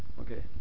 Okay